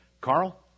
Carl